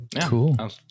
cool